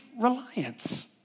reliance